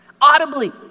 Audibly